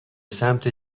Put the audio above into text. سمت